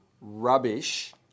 Rubbish